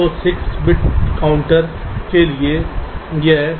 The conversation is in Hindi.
तो 6 बिट काउंटर के लिए यह 05079 है